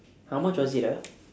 how much was it ah